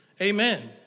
Amen